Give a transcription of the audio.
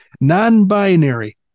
non-binary